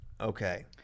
Okay